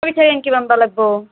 এনেকৈ বনবা লাগিব